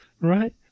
Right